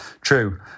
true